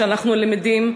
שאנחנו למדים,